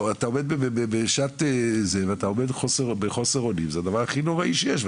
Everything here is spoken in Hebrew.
אתה עומד בחוסר אונים וזה הדבר הכי נורא שיש.